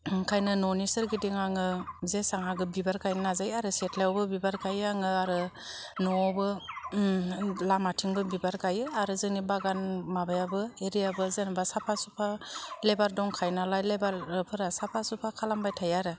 ओंखायनो न'नि सोरगिदिं आङो जेसां हागौ बिबार गायनो नाजायो आरो सेथ्लायावबो बिबार गायो आङो आरो न'वावबो लामाथिंबो बिबार गायो आरो जोंनि बागान माबायाबो एरियाबो जेनेबा साफा सुफा लेबार दंखायो नालाय लेबार फोरा साफा सुफा खालामबाय थायो